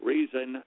Reason